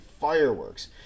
fireworks